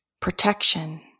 protection